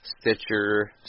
Stitcher